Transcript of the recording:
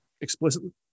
Explicitly